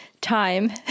time